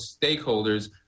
stakeholders